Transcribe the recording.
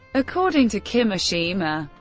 according to kimishima,